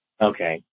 Okay